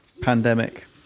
pandemic